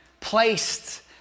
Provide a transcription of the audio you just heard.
placed